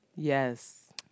Yes